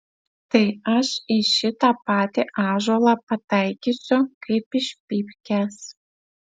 tai aš į šitą patį ąžuolą pataikysiu kaip iš pypkės